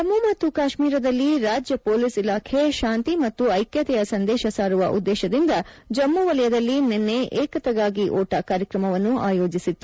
ಜಮ್ಮು ಮತ್ತು ಕಾಶ್ಮೀರದಲ್ಲಿ ರಾಜ್ಯ ಪೊಲೀಸ್ ಇಲಾಖೆ ಶಾಂತಿ ಮತ್ತು ಐಕ್ಯತೆಯ ಸಂದೇಶ ಸಾರುವ ಉದ್ದೇಶದಿಂದ ಜಮ್ಮ ವಲಯದಲ್ಲಿ ನಿನ್ನೆ ಏಕತೆಗಾಗಿ ಓಟ ಕಾರ್ಯಕ್ರಮವನ್ನು ಆಯೋಜಿಸಿತ್ತು